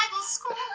school